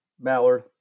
Mallard